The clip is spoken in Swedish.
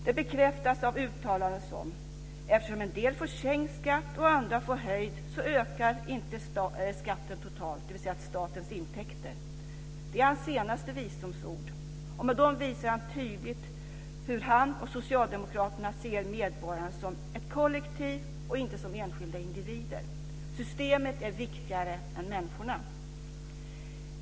Det bekräftas av uttalanden som: Eftersom en del får sänkt skatt och andra får höjd ökar inte skatten totalt, dvs. statens intäkter. Det är hans senaste visdomsord. Med dem visar han tydligt hur han och socialdemokraterna ser medborgarna som ett kollektiv och inte som enskilda individer. Systemet är viktigare än människorna.